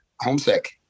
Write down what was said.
homesick